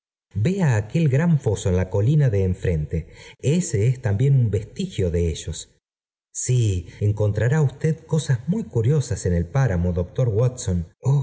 aquel gran foso en la colina de ea frente ese es también un vestigio de ellos sí encontrará usted cosas muy curiosas en el páramo doctor watson